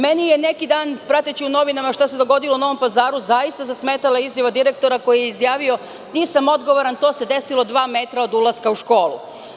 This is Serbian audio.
Meni je neki dan, prateći u novinama šta se dogodilo u Novom Pazaru, zaista zasmetala izjava direktora koji je izjavio – nisam odgovoran, to se desilo dva metra od ulaska u školu.